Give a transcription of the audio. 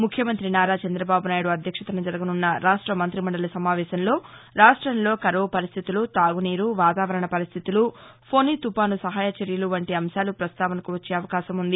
ముఖ్యమంతి నారా చంద్రబాబు నాయుడు అధ్యక్షతన జరగనున్న రాష్ట్ర మంతి మండలి సమావేశంలో రాష్ట్రంలో కరవు పరిస్థితులు తాగునీరు వాతావరణ పరిస్థితులు ఫొని తుపాను సహాయ చర్యలు వంటి అంశాలు ప్రస్తావనకు వచ్చే అవకాశం ఉంది